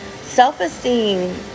self-esteem